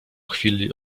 chwili